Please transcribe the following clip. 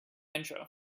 intro